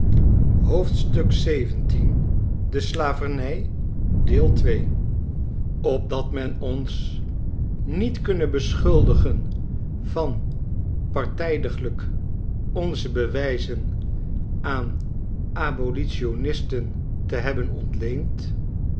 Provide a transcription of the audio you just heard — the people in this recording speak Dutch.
dragen opdat men ons niet kunne beschuldigen van partijdiglijk onze bewijzen aan abolitionisten ie hebben ontleend